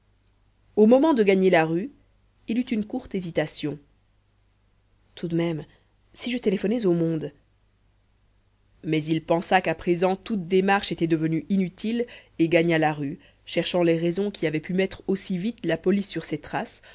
au moment de gagner la rue il eut une courte hésitation tout de même si je téléphonais au monde mais il pensa qu'à présent toute démarche était devenue inutile et gagna la rue cherchant les raisons qui avaient pu mettre aussi vite la police sur ses traces